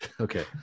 Okay